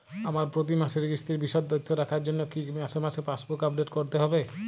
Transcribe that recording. আমার প্রতি মাসের কিস্তির বিশদ তথ্য রাখার জন্য কি মাসে মাসে পাসবুক আপডেট করতে হবে?